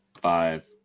five